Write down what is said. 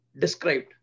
described